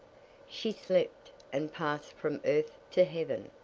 she slept, and passed from earth to heaven,